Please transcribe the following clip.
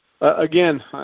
again